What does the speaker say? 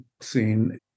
scene